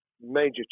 major